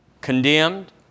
condemned